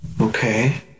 Okay